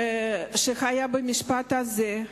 שהיה במשפט הזה,